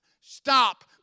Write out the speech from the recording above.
stop